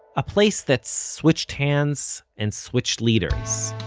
a place that's switched hands, and switched leaders.